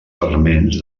fragments